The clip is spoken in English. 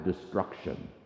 destruction